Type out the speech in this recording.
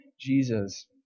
Jesus